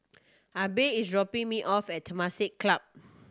Abe is dropping me off at Temasek Club